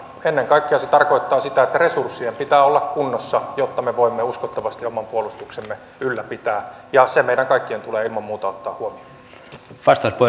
ennen kaikkea se tarkoittaa sitä että resurssien pitää olla kunnossa jotta me voimme uskottavasti oman puolustuksemme ylläpitää ja se meidän kaikkien tulee ilman muuta ottaa huomioon